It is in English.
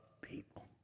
people